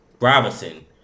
Robinson